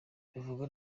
ntibavuga